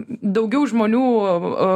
daugiau žmonių